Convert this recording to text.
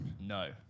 No